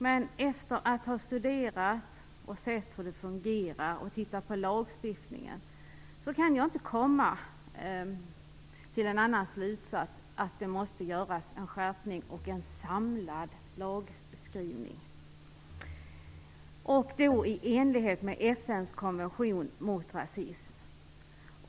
Men efter att ha studerat och sett hur det fungerar och efter att ha studerat lagstiftningen, kan jag inte komma fram till någon annan slutsats än att det måste ske en skärpning och en samlad lagskrivning i enlighet med FN:s konvention mot rasism.